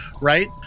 right